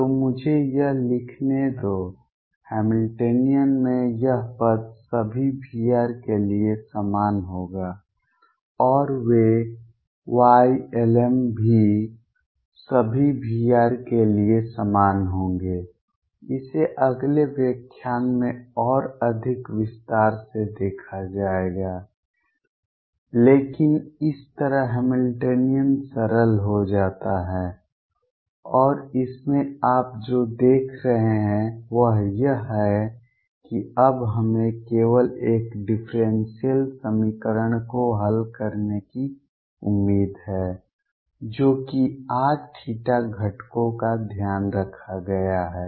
तो मुझे यह लिखने दो हैमिल्टनियन में यह पद सभी V के लिए समान होगा और वे Ylm भी सभी Vs के लिए समान होंगे इसे अगले व्याख्यान में और अधिक विस्तार से देखा जाएगा लेकिन इस तरह हैमिल्टनियन सरल हो जाता है और इसमें आप जो देख रहे हैं वह यह है कि अब हमें केवल एक डिफरेंशियल समीकरण को हल करने की उम्मीद है जो कि r थीटा घटकों का ध्यान रखा गया है